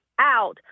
out